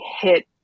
hit